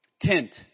tent